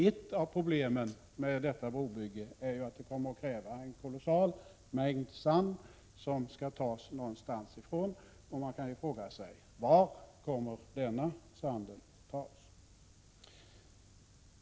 Ett av problemen med detta brobygge är att det kommer att kräva en kolossal mängd sand, och man kan fråga sig var denna sand kommer att tas.